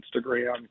Instagram